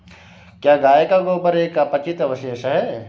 क्या गाय का गोबर एक अपचित अवशेष है?